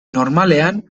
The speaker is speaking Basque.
normalean